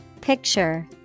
Picture